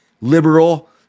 liberal